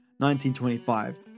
1925